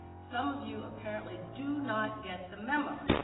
some of you apparently do not get the memo